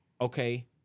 okay